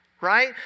right